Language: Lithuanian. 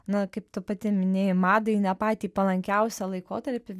na kaip tu pati minėjai madai ne patį palankiausią laikotarpį